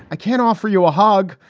i can't offer you a hug,